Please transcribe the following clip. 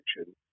action